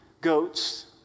goats